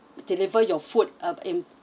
deliver your food uh in